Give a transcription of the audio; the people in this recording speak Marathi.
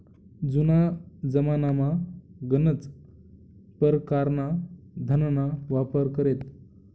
जुना जमानामा गनच परकारना धनना वापर करेत